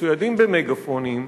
מצוידים במגאפונים,